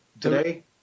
today—